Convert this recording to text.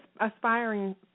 aspiring